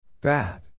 Bad